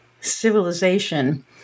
civilization